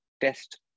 test